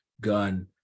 gun